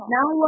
Now